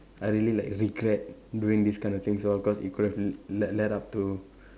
I really like regret doing this kind of things all because it could have l~ led up to